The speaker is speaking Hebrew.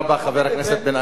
חבר הכנסת בן-ארי.